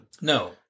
no